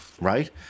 right